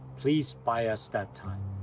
please buy us that time.